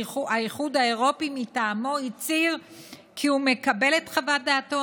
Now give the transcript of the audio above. האיחוד האירופי הצהיר מטעמו כי הוא מקבל את חוות דעתו